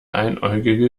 einäugige